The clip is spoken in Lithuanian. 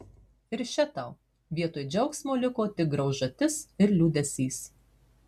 ir še tau vietoj džiaugsmo liko tik graužatis ir liūdesys